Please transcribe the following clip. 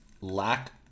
lack